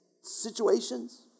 situations